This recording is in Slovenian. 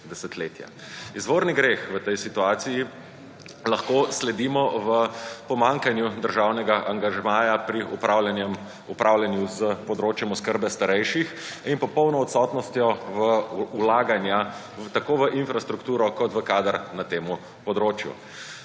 desetletja. Izvorni greh v tej situaciji lahko sledimo v pomanjkanju državnega angažmaja pri upravljanju z področjem oskrbe starejših in popolno odsotnostjo v vlaganja tako v infrastrukturo, kot v kader na temu področju.